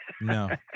No